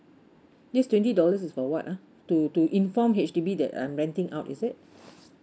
this twenty dollars is for what ah to to inform H_D_B that I'm renting out is it